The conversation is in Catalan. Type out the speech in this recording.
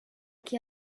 qui